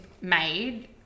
made